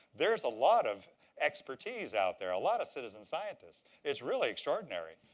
there's a lot of expertise out there, a lot of citizen scientists. it's really extraordinary.